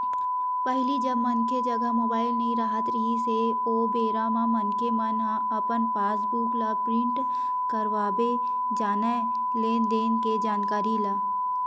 पहिली जब मनखे जघा मुबाइल नइ राहत रिहिस हे ओ बेरा म मनखे मन ह अपन पास बुक ल प्रिंट करवाबे जानय लेन देन के जानकारी ला